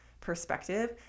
perspective